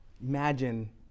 Imagine